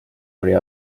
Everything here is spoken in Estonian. oli